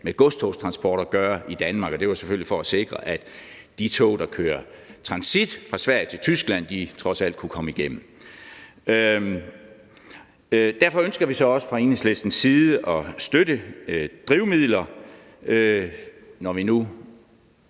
med godstogstransport i Danmark at gøre, og det var selvfølgelig for at sikre, at de tog, der kører transit fra Sverige til Tyskland, trods alt kunne komme igennem. Derfor ønsker vi jo så også fra Enhedslistens side – når vi nu